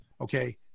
Okay